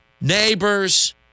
Neighbors